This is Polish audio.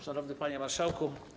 Szanowny Panie Marszałku!